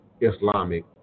Islamic